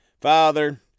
Father